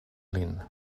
lin